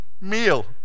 meal